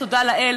תודה לאל,